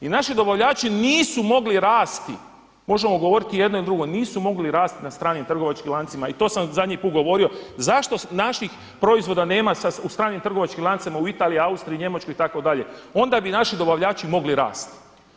I naši dobavljači nisu mogli rasti, možemo govoriti i o jednoj ili o drugoj, nisu mogli rasti na stranim trgovačkim lancima i to sam zadnji put govorio, zašto naših proizvoda nema u stranim trgovačkim lancima u Italiji, Austriji, Njemačkoj itd., onda bi naši dobavljači mogli rasti.